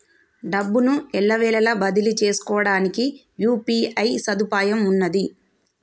డబ్బును ఎల్లవేళలా బదిలీ చేసుకోవడానికి యూ.పీ.ఐ సదుపాయం ఉన్నది